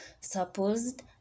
supposed